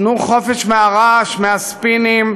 תנו חופש מהרעש, מהספינים,